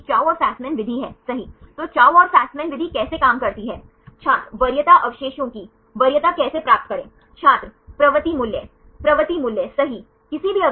तो एक सर्वर है जो इस xyz निर्देशांक को ले सकता है और प्लेन का समीकरण प्राप्त कर सकता है